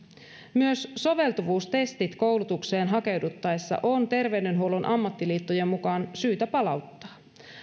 myös soveltuvuustestit koulutukseen hakeuduttaessa on terveydenhuollon ammattiliittojen mukaan syytä palauttaa